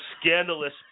scandalous